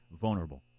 vulnerable